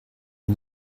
and